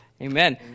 Amen